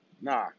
nah